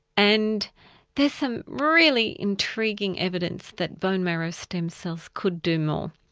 and there's some really intriguing evidence that bone marrow stem cells could do more.